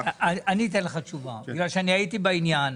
אני אתן לך תשובה, בגלל שאני הייתי בעניין.